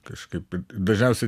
kažkaip dažniausiai